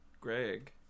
Greg